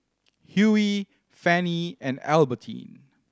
Hughie Fanny and Albertine